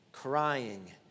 crying